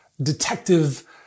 detective